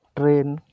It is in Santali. ᱴᱨᱮᱱ